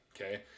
okay